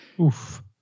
Oof